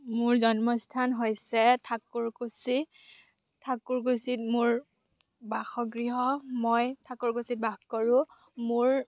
মোৰ জন্মস্থান হৈছে ঠাকুৰকুছি ঠাকুৰকুছিত মোৰ বাসগৃহ মই ঠাকুৰকুছিত বাস কৰোঁ মোৰ